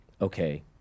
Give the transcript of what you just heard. okay